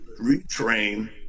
retrain